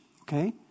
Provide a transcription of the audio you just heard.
Okay